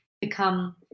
become